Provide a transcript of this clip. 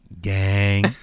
Gang